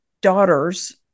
daughters